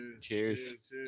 Cheers